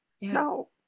no